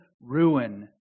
ruin